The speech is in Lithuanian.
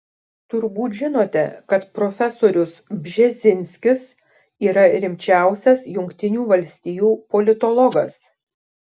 turbūt žinote kad profesorius bžezinskis yra rimčiausias jungtinių valstijų politologas